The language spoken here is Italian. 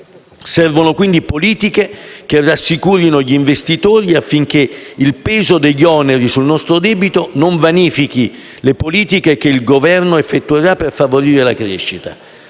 Servono, quindi, politiche che rassicurino gli investitori affinché il peso degli oneri sul nostro debito non vanifichi le politiche che il Governo effettuerà per favorire la crescita.